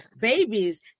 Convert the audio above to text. babies